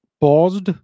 paused